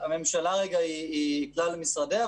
הממשלה היא כלל משרדיה,